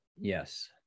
yes